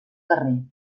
carrer